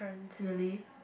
really